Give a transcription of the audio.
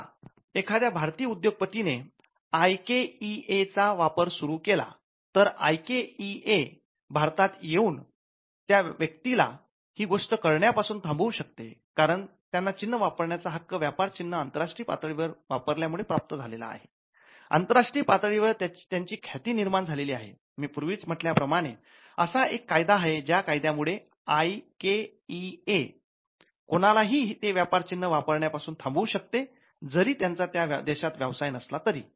समजा एखाद्या भारतीय उद्योगपती ने आय के ई ए कोणालाही ते व्यापार चिन्ह वापरण्यापासून थांबवू शकते जरी त्यांचा त्या देशात व्यवसाय नसला तरी